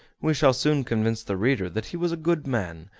we shall soon convince the reader that he was a good man,